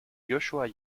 joshua